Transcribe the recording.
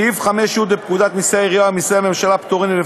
סעיף 5(י) לפקודת מסי העירייה ומסי הממשלה (פיטורין),